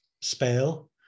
spell